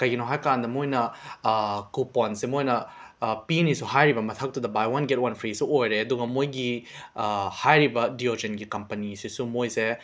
ꯀꯩꯒꯤꯅꯣ ꯍꯥꯏ ꯀꯥꯟꯗ ꯃꯣꯏꯅ ꯀꯨꯄꯣꯟꯁꯦ ꯃꯣꯏꯅ ꯄꯤꯅꯦꯁꯨ ꯍꯥꯏꯔꯤꯕ ꯃꯊꯛꯇꯨꯗ ꯕꯥꯏ ꯋꯥꯟ ꯒꯦꯠ ꯋꯥꯟ ꯐ꯭ꯔꯤꯁꯨ ꯑꯣꯏꯔꯦ ꯑꯗꯨꯒ ꯃꯣꯏꯒꯤ ꯍꯥꯏꯔꯤꯕ ꯗꯤꯑꯣꯗ꯭ꯔꯦꯟꯒꯤ ꯀꯝꯄꯅꯤꯁꯤꯁꯨ ꯃꯣꯏꯁꯦ